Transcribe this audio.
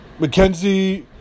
McKenzie